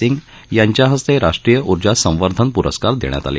सिंग यांच्या हस्ते राष्ट्रीय उर्जा संवर्धन प्रस्कार देण्यात आले